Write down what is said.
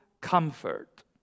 comfort